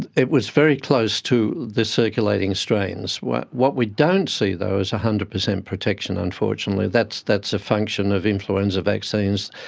it was very close to the circulating strains. what what we don't see though is one ah hundred percent protection unfortunately, that's that's a function of influenza vaccines,